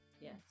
yes